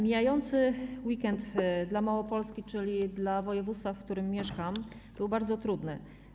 Mijający weekend dla Małopolski, czyli dla województwa, w którym mieszkam, był bardzo trudny.